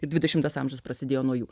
ir dvidešimtas amžius prasidėjo nuo jų